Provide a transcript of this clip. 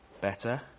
better